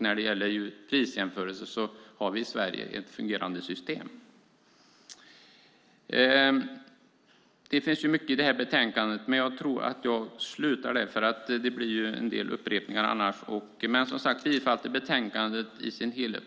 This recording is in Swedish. När det gäller prisjämförelser har vi i Sverige ett fungerande system. Det finns mycket i det här betänkandet, men jag tror att jag slutar här. Det blir en del upprepningar annars. Men jag yrkar, som sagt, bifall till förslaget i betänkandet